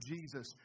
Jesus